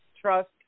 trust